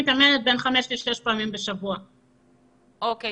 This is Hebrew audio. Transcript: התאמנתי 5 6 פעמים בשבוע בחדר כושר.